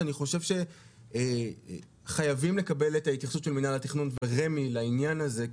אני חושב שחייבים לקבל את ההתייחסות של מינהל התכנון ורמ"י לעניין הזה,